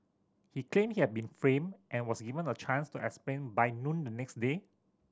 he claimed he had been framed and was given a chance to explain by noon the next day